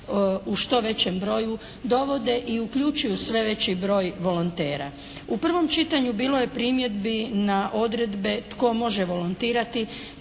u što većem broju dovode i uključuju sve veći broj volontera. U prvom čitanju bilo je primjedbi na odredbe tko može volontirati